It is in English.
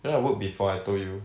you know I work before I told you